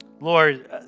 Lord